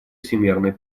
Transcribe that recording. всемерной